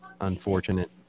Unfortunate